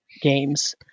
games